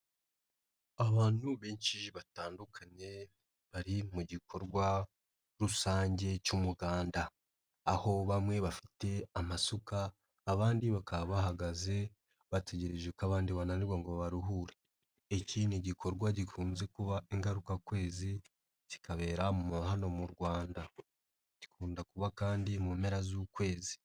Abantu benshi batandukanye, bari mu gikorwa rusange cy'umuganda. Aho bamwe bafite amasuka, abandi bakaba bahagaze, bategereje ko abandi bananirwa ngo babaruhure. Iki ni igikorwa gikunze kuba ingarukakwezi, kikabera hano mu Rwanda. Gikunda kuba kandi mu mpera z'ukwezi.